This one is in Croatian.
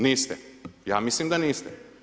Niste, ja mislim da niste.